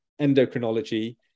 endocrinology